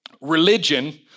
Religion